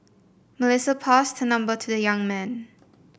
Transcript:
Melissa passed her number to the young man